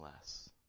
less